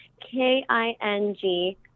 K-I-N-G